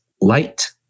light